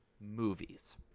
Movies